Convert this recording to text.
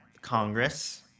Congress